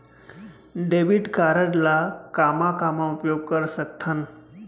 Debit card ला कामा कामा उपयोग कर सकथन?